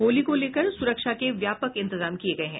होली को लेकर सुरक्षा के व्यापक इंतजाम किये गये है